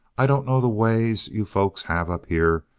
i don't know the ways you folks have up here,